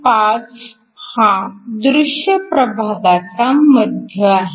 5 हा दृश्य प्रभागाचा मध्य आहे